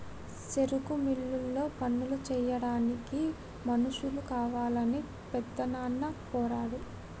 సెరుకు మిల్లులో పనులు సెయ్యాడానికి మనుషులు కావాలని పెద్దనాన్న కోరాడు